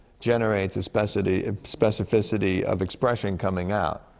generates a specity specificity of expression coming out.